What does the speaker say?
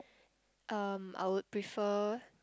um I would prefer